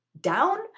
down